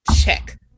check